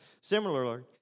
Similarly